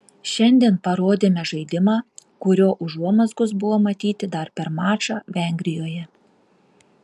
šiandien parodėme žaidimą kurio užuomazgos buvo matyti dar per mačą vengrijoje